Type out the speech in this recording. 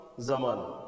Zaman